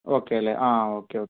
okay അല്ലെ ആ okay okay